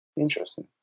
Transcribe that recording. interesting